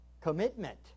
Commitment